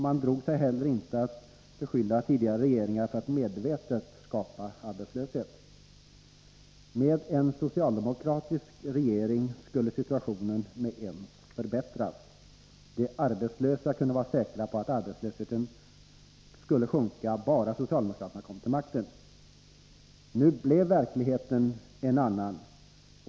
Man drog sig inte ens för att beskylla tidigare regeringar för att medvetet skapa arbetslöshet. Med en socialdemokratisk regering skulle situationen genast förbättras. De arbetslösa kunde vara säkra på att arbetslösheten skulle minska, bara socialdemokraterna kom till makten. Verkligheten blev en annan.